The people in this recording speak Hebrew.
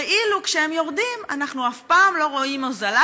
ואילו כשהם יורדים אנחנו אף פעם לא רואים הוזלה?